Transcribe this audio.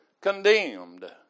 condemned